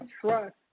trust